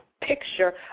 picture